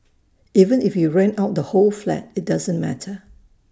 even if you rent out the whole flat IT doesn't matter